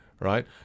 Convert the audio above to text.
right